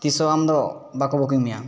ᱛᱤᱥ ᱦᱚᱸ ᱟᱢᱫᱚ ᱵᱟᱠᱚ ᱵᱩᱠᱤᱝ ᱢᱮᱭᱟ